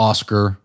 Oscar